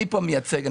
אני מייצג כאן